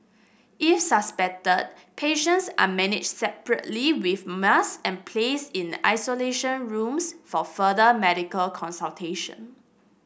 if suspected patients are managed separately with and placed in isolation rooms for further medical consultation